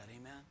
Amen